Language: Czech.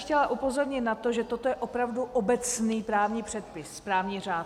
Chtěla bych upozornit na to, že toto je opravdu obecný právní předpis správní řád.